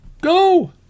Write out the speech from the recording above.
go